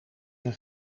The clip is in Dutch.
een